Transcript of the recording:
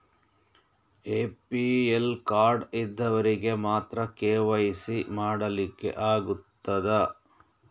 APL card ಇದ್ದವರಿಗೆ ಮಾತ್ರ KYC ಮಾಡಲಿಕ್ಕೆ ಆಗುತ್ತದಾ?